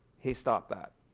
he stopped that.